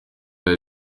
hari